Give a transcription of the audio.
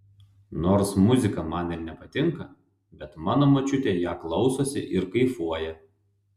nors muzika man ir nepatinka bet mano močiutė ją klausosi ir kaifuoja